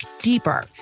deeper